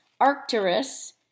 Arcturus